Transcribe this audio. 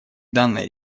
данной